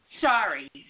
sorry